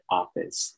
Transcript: office